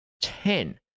ten